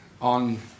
on